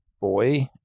Boy